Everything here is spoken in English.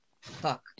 Fuck